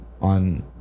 on